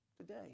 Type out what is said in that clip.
today